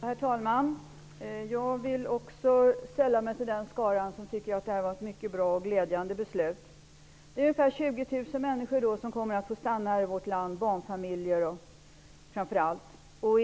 Herr talman! Jag vill sälla mig till skaran som tycker att detta är ett mycket bra och glädjande beslut. Det är ungefär 20 000 människor som kommer att få stanna här i vårt land, framför allt barnfamiljer.